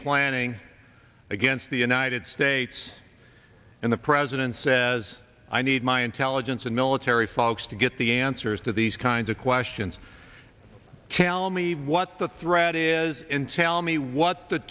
planning against the united states and the president says i need my intelligence and military folks to get the answers to these kinds of questions calamy what the threat is in tell me what the